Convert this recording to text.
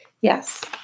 Yes